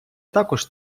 також